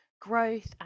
growth